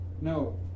No